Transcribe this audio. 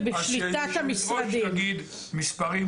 פחות קטנים.